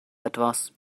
etwas